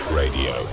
radio